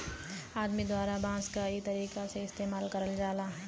आदमी द्वारा बांस क कई तरीका से इस्तेमाल करल जाला